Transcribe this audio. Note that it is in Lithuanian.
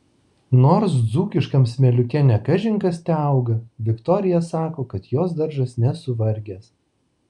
nors dzūkiškam smėliuke ne kažin kas teauga viktorija sako kad jos daržas nesuvargęs